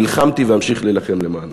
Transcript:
נלחמתי ואמשיך להילחם למענה.